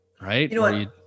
Right